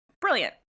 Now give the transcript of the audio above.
brilliant